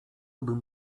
bym